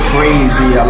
Crazy